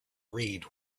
read